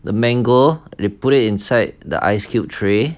the mango they put it inside the ice cube tray